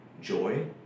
joy